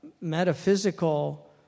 metaphysical